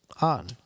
on